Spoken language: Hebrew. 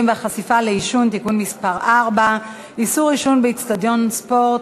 והחשיפה לעישון (תיקון מס' 4) (איסור עישון באיצטדיון ספורט),